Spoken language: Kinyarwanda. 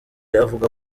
avuga